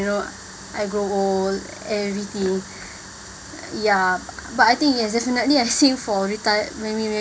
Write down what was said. you know I grow old everything ya but I think yes definitely I save for retirement